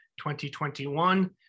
2021